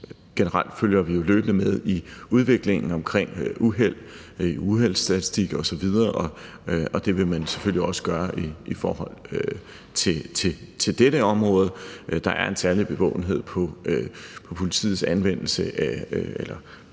Generelt følger vi jo løbende med i udviklingen omkring uheld i uheldsstatistik osv., og det vil man selvfølgelig også gøre i forhold til dette område. Der er en særlig bevågenhed på politiets kørsel i